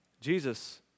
Jesus